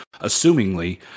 assumingly